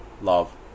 love